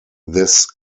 this